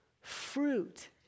fruit